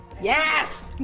Yes